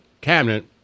cabinet